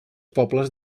pobles